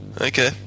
okay